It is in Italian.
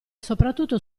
soprattutto